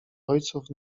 ojców